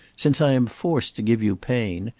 since i am forced to give you pain,